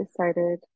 decided